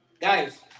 guys